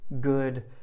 good